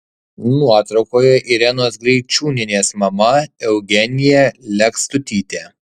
nuotraukoje irenos greičiūnienės mama eugenija lekstutytė